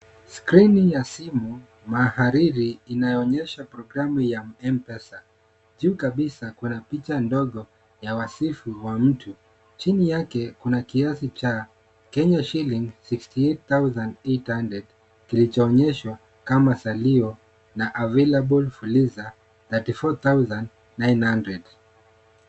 Skiri ya simu mahariri inayoonyesha programu ya ya Mpesa. Juu kabisa kuna picha ndogo ya wasifu wa mtu. Chini yake kuna kiasi cha, KSH 68,800 kilicho onyeshwa kama salio na available fuliza , 34,900.